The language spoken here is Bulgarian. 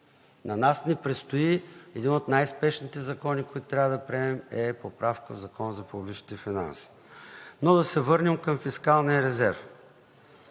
На нас ни предстои – един от най спешните закони, които трябва да приемем е поправка в Закона за публичните финанси. Но да се върнем към фискалния резерв.